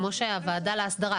כמו שהוועדה להסדרה,